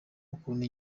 ukuntu